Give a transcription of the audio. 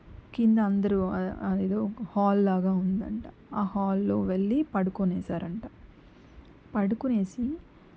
కింద అందరూ అది ఏదో ఒక హాల్లాగా ఉందంట ఆ హాల్లో వెళ్ళి పడుకునేసారంట పడుకునేసి